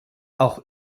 auch